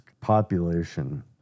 population